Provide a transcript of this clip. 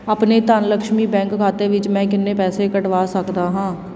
ਆਪਣੇ ਧਨ ਲਕਸ਼ਮੀ ਬੈਂਕ ਖਾਤੇ ਵਿੱਚ ਮੈਂ ਕਿੰਨੇ ਪੈਸੇ ਕਢਵਾ ਸਕਦਾ ਹਾਂ